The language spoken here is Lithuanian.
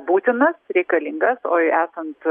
būtinas reikalingas o jei esant